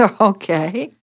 Okay